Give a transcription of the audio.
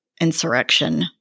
insurrection